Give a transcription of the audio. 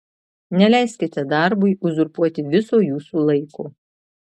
neleiskite darbui uzurpuoti viso jūsų laiko